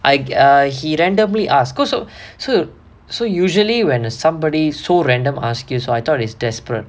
I err he randomly ask because so so usually when somebody so random ask you so I thought he's desperate